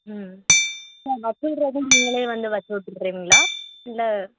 ம் இல்லை வச்சு விடறதும் நீங்களே வந்து வச்சு விட்டுறீங்களா இல்லை